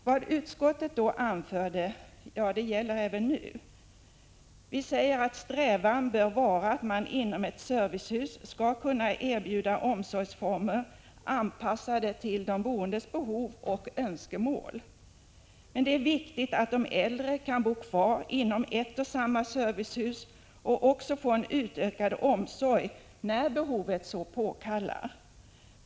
Vad utskottet då anförde gäller även nu, nämligen att strävan bör vara att man inom ett servicehus skall kunna erbjuda omsorgsformer anpassade till de boendes behov och önskemål. Det är viktigt att de äldre kan bo kvar inom ett och samma servicehus och få en utökad omsorg när behovet så påkallar.